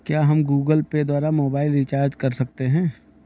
क्या हम Google Pay द्वारा मोबाइल रिचार्ज कर सकते हैं?